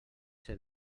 ser